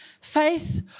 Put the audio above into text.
faith